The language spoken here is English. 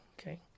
okay